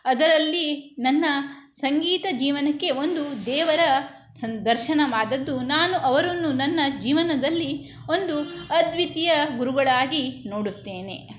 ಅದರಲ್ಲಿ ನನ್ನ ಸಂಗೀತ ಜೀವನಕ್ಕೆ ಒಂದು ದೇವರ ದರ್ಶನವಾದದ್ದು ನಾನು ಅವರನ್ನು ನನ್ನ ಜೀವನದಲ್ಲಿ ಒಂದು ಅದ್ವಿತೀಯ ಗುರುಗಳಾಗಿ ನೋಡುತ್ತೇನೆ